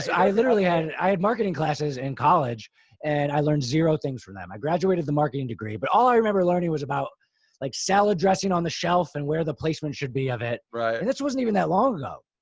i literally had, and i had marketing classes in college and i learned zero things from them. i graduated the marketing degree, but all i remember learning was about like salad dressing on the shelf and where the placement should be of it. and this wasn't even that long ago.